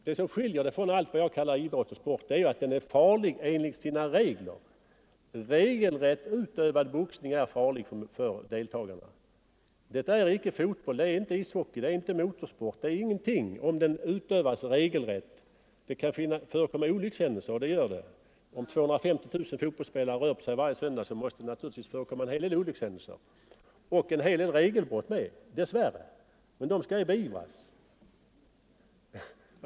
Det som skiljer boxning från allt jag kallar idrott och sport är att den är farlig i sina regler. Regelrätt utövad boxning är farlig för deltagarna. Men det gäller inte fotboll, inte ishockey, inte motorsport och ingen annan idrott om den utövas regelrätt. Visst kan det förekomma olyckshändelser, och sådana inträffar också. Om 250 000 fotbollsspelare är i farten varje söndag, måste det naturligtvis förekomma en hel del olyckshändelser — och dess värre även en hel del regelbrott. Men dessa skall beivras.